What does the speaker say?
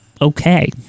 Okay